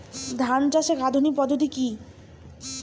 ধান চাষের আধুনিক পদ্ধতি কি?